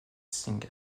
singh